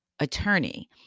Attorney